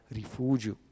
rifugio